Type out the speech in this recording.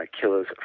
killers